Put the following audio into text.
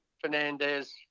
Fernandez